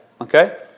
Okay